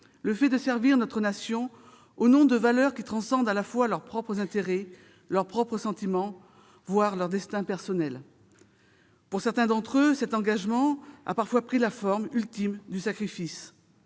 le fait de servir notre nation au nom de valeurs qui transcendent leurs propres intérêts, leurs propres sentiments, voire leur destin personnel. Pour certains d'entre eux cet engagement a parfois pris la forme, ultime, du sacrifice.